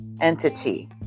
entity